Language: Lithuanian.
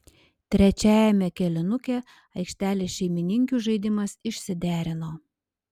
trečiajame kėlinuke aikštelės šeimininkių žaidimas išsiderino